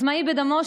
עצמאי בדמו,